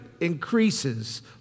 increases